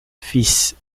fils